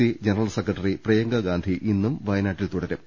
C general secretary Priyanka Gandhi ഇന്നും വയനാട്ടിൽ തുടരും